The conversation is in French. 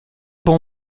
bon